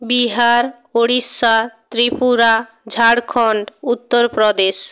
Bihar Orissa Tripura Jharkhand Uttar Pradesh